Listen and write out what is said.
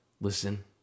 listen